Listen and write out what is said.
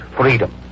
freedom